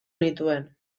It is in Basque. nituen